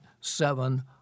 seven